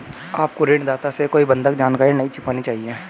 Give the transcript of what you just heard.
आपको ऋणदाता से कोई बंधक जानकारी नहीं छिपानी चाहिए